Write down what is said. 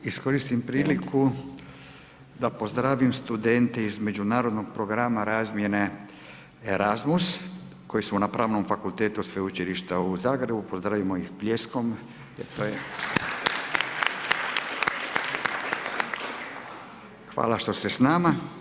Iskoristim priliku da pozdravim studente iz Međunarodnog programa razmjene ERASMUS koji su na Pravnom fakultetu sveučilišta u Zagrebu, pozdravimo ih pljeskom. Hvala što ste s nama.